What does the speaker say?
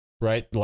right